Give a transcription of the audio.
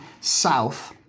South